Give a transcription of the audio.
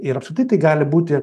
ir apskritai tai gali būti